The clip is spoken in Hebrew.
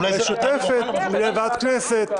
הוא היה בוועדה מיוחדת --- משותפת לוועדת הכנסת,